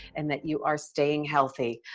and that you are staying healthy.